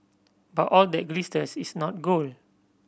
but all that glisters is not gold